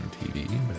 TV